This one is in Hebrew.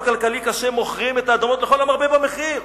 כלכלי קשה מוכרים את האדמות לכל המרבה במחיר.